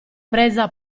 presa